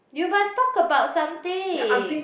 you must talk about something